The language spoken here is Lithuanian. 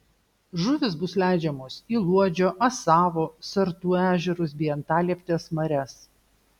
žuvys bus leidžiamos į luodžio asavo sartų ežerus bei antalieptės marias